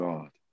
God